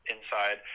Inside